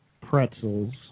Pretzels